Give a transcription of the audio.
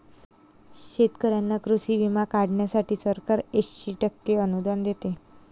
शेतकऱ्यांना कृषी विमा काढण्यासाठी सरकार ऐंशी टक्के अनुदान देते